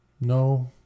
No